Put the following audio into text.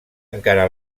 encara